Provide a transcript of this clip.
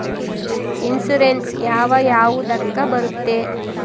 Insurance ಯಾವ ಯಾವುದಕ್ಕ ಬರುತ್ತೆ?